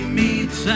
meet